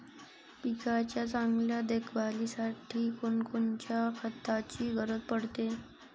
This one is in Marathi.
पिकाच्या चांगल्या देखभालीसाठी कोनकोनच्या खताची गरज पडते?